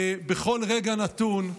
ובכל רגע נתון,